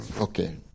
Okay